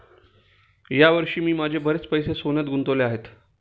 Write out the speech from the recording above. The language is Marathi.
या वर्षी मी माझे बरेच पैसे सोन्यात गुंतवले आहेत